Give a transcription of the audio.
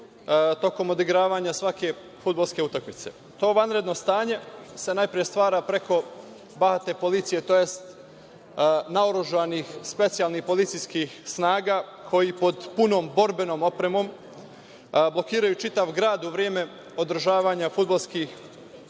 tokom odigravanja svake fudbalske utakmice. To vanredno stanje se najpre stvara preko policije, tj. naoružanih specijalnih policijskih snaga, koji pod punom borbenom opremom blokiraju čitav grad u vreme održavanja fudbalskih